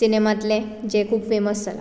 सिनेमांतलें जें खूब फेमस जाला